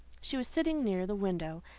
she was sitting near the window,